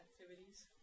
activities